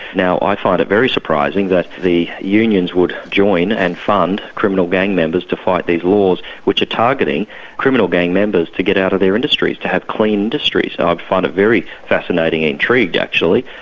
now, i find it very surprising that the unions would join and fund criminal gang members to fight these laws which are targeting criminal gang members to get out of their industries, to have clean industries. ah i find it very fascinating and intrigued, actually,